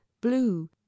blue